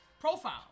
profile